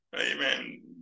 Amen